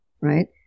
right